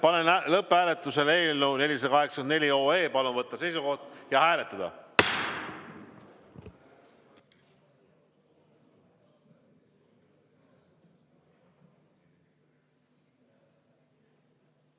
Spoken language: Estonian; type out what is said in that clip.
panen lõpphääletusele eelnõu 484. Palun võtta seisukoht ja hääletada!